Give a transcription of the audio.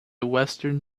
western